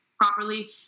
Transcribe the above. properly